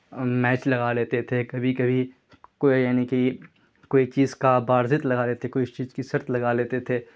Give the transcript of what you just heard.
match لگا لیتے تھے کبھی کبھی کوئی یعنی کہ کوئی چیز کا بارزت لگا لیتے کوئی اس چیز کی شرط لگا لیتے تھے